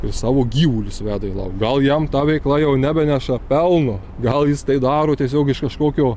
ir savo gyvulius veda į lau gal jam ta veikla jau nebeneša pelno gal jis tai daro tiesiog iš kažkokio